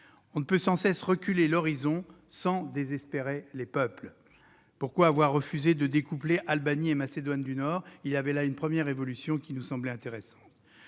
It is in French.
On ne peut sans cesse reculer l'horizon sans désespérer les peuples ! Pourquoi avoir refusé de découpler Albanie et Macédoine du Nord ? Il y avait là une première évolution qui nous semblait intéressante.